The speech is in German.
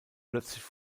plötzlich